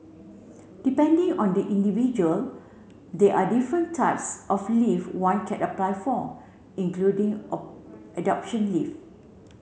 depending on the individual there are different types of leave one can apply for including adoption leave